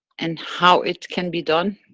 and how it can be done?